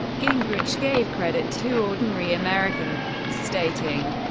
gingrich gave credit to ordinary americans stating,